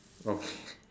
okay